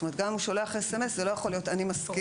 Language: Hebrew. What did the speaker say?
כלומר גם אם הוא שולח מסרון זה לא יכול להיות "אני מסכים",